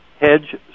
hedge